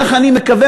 כך אני מקווה,